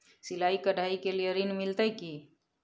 सिलाई, कढ़ाई के लिए ऋण मिलते की?